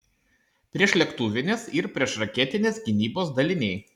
priešlėktuvinės ir priešraketinės gynybos daliniai